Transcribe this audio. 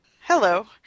Hello